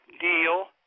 deal